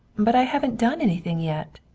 but i haven't done anything yet.